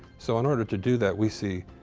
so, in order to do that, we see,